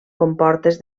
comportes